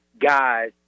guys